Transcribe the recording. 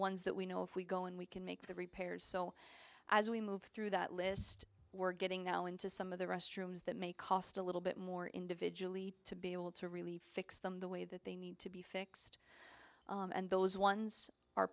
ones that we know if we go and we can make the repairs so as we move through that list we're getting now into some of the restrooms that may cost a little bit more individually to be able to really fix them the way that they need to be fixed and those ones are